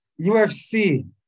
UFC